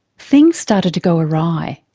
things started to go awry.